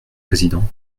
président